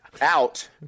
out